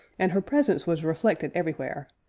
and her presence was reflected everywhere,